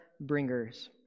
bringers